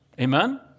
Amen